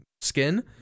Skin